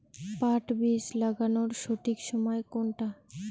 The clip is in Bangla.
পাট বীজ লাগানোর সঠিক সময় কোনটা?